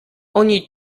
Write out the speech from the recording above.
oni